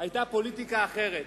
היתה "פוליטיקה אחרת".